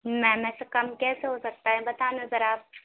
میم ایسے کم کیسے ہو سکتا ہے بتانا ذرا آپ